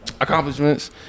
accomplishments